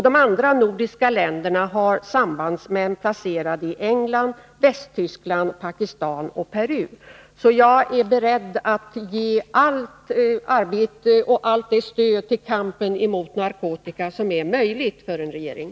De andra nordiska länderna har sambandsmän placerade i England, Västtyskland, Pakistan och Peru. Jag är beredd att ge allt det stöd till kampen mot narkotikan som är möjlig för en regering.